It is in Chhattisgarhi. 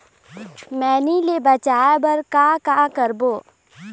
मैनी ले बचाए बर का का करबो?